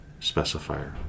specifier